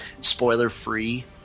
spoiler-free